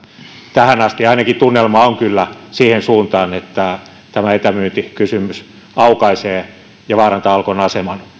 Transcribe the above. tähän asti ainakin tunnelma on ollut kyllä siihen suuntaan että tämä etämyyntikysymys aukaisee ja vaarantaa alkon aseman